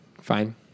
fine